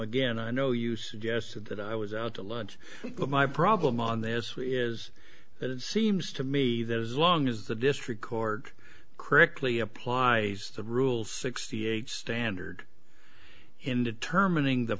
again i know you suggested that i was out to lunch but my problem on this is that it seems to me that as long as the district court correctly applies the rule sixty eight standard in determining the